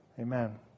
Amen